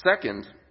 Second